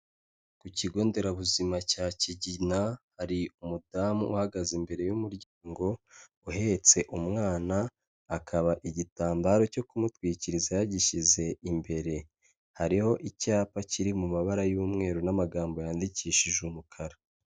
Ku kigo nderabuzima cya Kigina, hari umudamu uhagaze imbere y'umuryango uhetse umwana, akaba igitambaro cyo kumutwikiriza yagishyize imbere. Hariho icyapa kiri mu mabara y'umweru n'amagambo yandikishije umukara.